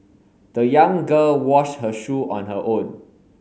the young girl washed her shoe on her own